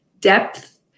depth